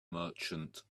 merchant